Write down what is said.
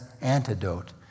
antidote